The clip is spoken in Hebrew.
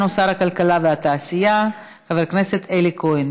שר הכלכלה והתעשייה חבר הכנסת אלי כהן.